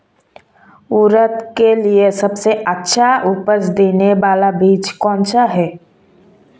उड़द के लिए सबसे अच्छा उपज देने वाला बीज कौनसा है?